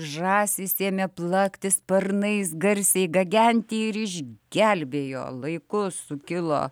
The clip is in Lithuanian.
žąsys ėmė plakti sparnais garsiai gagenti ir išgelbėjo laiku sukilo